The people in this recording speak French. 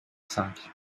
cinq